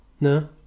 No